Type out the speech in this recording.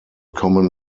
common